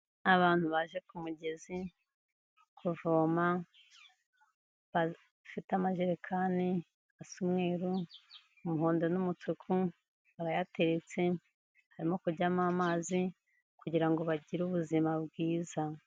Abantu baje ku mugezi kuvoma, bafite amajerekani asa umweru, umuhondo n'umutuku barayateretse harimo kujyamo amazi kugira ngo bagire ubuzima bwiza.